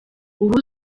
ubu